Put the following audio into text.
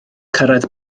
cyrraedd